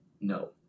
No